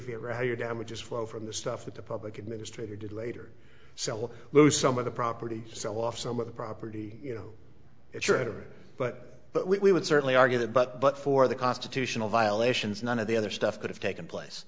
figure out how your damages flow from the stuff that the public administrator did later so we'll lose some of the property sell off some of the property you know it's true but we would certainly argue that but but for the constitutional violations none of the other stuff could have taken place